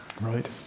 Right